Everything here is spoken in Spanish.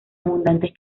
abundantes